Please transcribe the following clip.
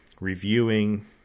reviewing